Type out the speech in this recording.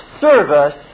service